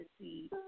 see